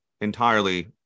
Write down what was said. entirely